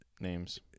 names